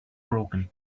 broken